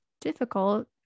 difficult